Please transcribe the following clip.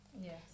Yes